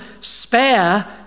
spare